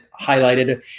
highlighted